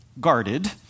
guarded